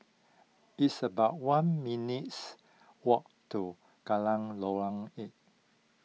it's about one minutes' walk to Geylang Lorong eight